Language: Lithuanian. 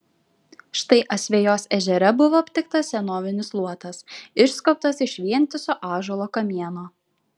štai asvejos ežere buvo aptiktas senovinis luotas išskobtas iš vientiso ąžuolo kamieno